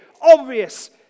obvious